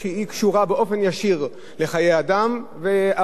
והרקע של האסון בכרמל מלווה אותנו עד עכשיו,